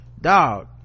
dog